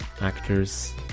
actors